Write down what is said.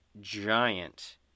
giant